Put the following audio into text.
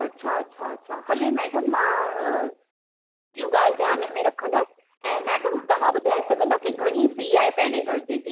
अच्छा अच्छा अच्छा हले मैडम मां इहो ॻाल्हि ध्यान में रखंदमि ऐं मैडम तव्हां ॿुधाए सघंदा कि घणी फी आहे पहिरें दर्जे जी